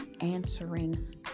answering